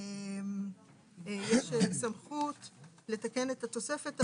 יש סמכות לתקן את התוספת,